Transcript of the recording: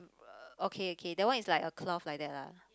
okay okay that one is like a cloth like that ah